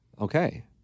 Okay